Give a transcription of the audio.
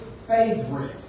Favorite